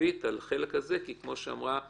תקציבית על החלק הזה כי כמו שאמרה אודיה,